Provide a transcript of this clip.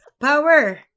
Power